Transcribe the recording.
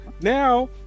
Now